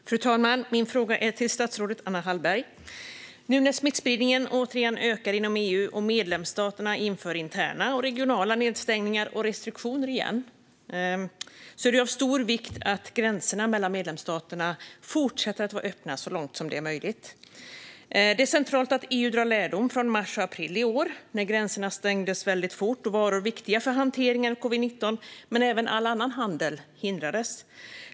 Fru talman! Min fråga går till statsrådet Anna Hallberg. Nu när smittspridningen åter ökar inom EU och medlemsstaterna åter inför interna och regionala nedstängningar och restriktioner är det av stor vikt att gränserna mellan medlemsstaterna fortsätter att vara öppna så långt som det är möjligt. Det är centralt att EU drar lärdom av mars och april i år, när gränserna stängdes väldigt fort och såväl varor som var viktiga för hanteringen av covid-19 som all annan handel hindrades.